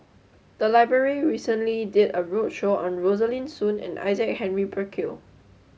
the library recently did a roadshow on Rosaline Soon and Isaac Henry Burkill